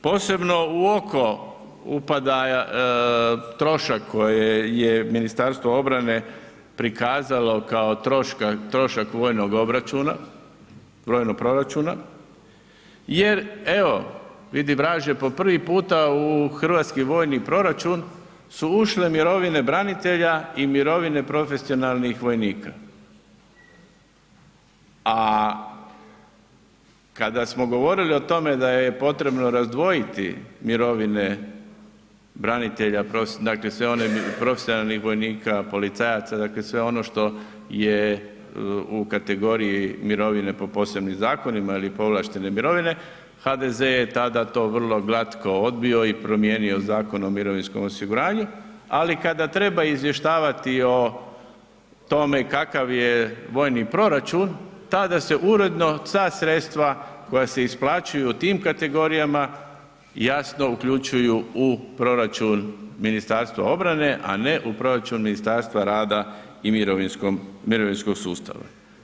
Posebno u oko upada trošak koji je Ministarstvo obrane prikazalo kao trošak vojnog proračuna jer evo, vidi vraže, po prvi puta u hrvatski vojni proračun su ušle mirovine branitelja i mirovine profesionalnih vojnika a kada smo govorili o tome da je potrebno razdvojiti mirovine branitelja, dakle sve one, profesionalnih vojnika, policajaca, dakle sve ono što je u kategoriji mirovine po posebnim zakonima ili povlaštene mirovine, HDZ je tada to vrlo glatko odbio i promijenio Zakon o mirovinskom osiguranju ali kada treba izvještavati o tome i kakav je vojni proračun, tada se uredno sva sredstva koje se isplaćuju u tim kategorijama, jasno uključuju u proračun Ministarstva obrane a ne u proračun Ministarstva rada i mirovinskog sustava.